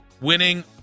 winning